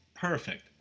perfect